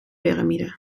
piramide